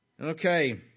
Okay